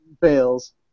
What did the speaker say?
fails